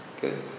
Good